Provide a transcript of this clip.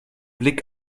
blick